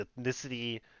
ethnicity